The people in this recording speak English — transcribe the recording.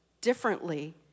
differently